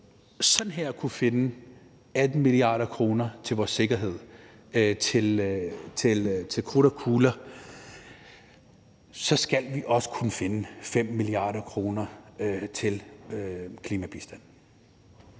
fingerknips kunne finde 18 mia. kr. til vores sikkerhed, til krudt og kugler, skal vi også kunne finde 5 mia. kr. til klimabistand.